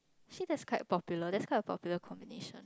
actually that's quite popular that's quite a popular combination